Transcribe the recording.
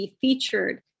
featured